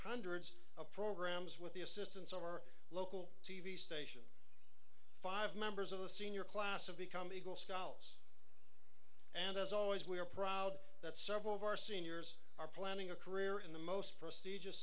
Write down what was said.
hundreds of programs with the assistance our local t v station five members of the senior class have become eagle skulls and as always we are proud that several of our seniors are planning a career in the most prestigious